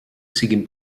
siguin